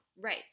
Right